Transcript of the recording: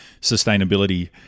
sustainability